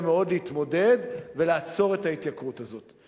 מאוד להתמודד ולעצור את ההתייקרות הזאת.